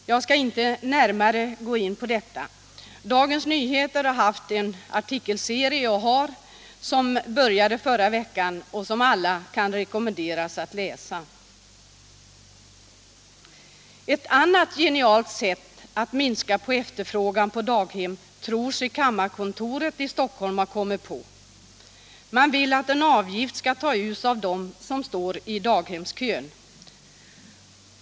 Jag skall inte närmare gå in på detta. Dagens Nyheter har en artikelserie som 33 började förra veckan och som alla kan rekommenderas att läsa. Ett annat genialt sätt att minska efterfrågan på daghem tror sig kammarkontoret i Stockholm ha kommit på. Man vill att en avgift skall tas ut av dem som står i daghemskön.